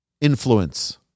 influence